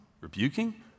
rebuking